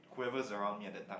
who's around me at that time